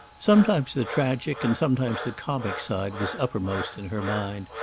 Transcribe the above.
sometimes the tragic and sometimes the comic side was uppermost in her mind,